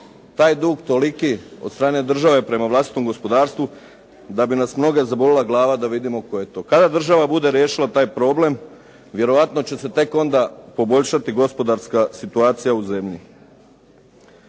taj dug toliki od strane države prema vlastitom gospodarstvu da bi nas mnoge zabolila glava da vidimo tko je to. Kada država bude riješila taj problem, vjerojatno će se tek onda poboljšati gospodarska situacija u zemlji.